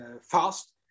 fast